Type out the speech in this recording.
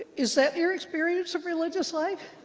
is that your experience of religious life?